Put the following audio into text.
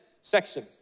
section